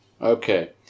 Okay